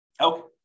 Okay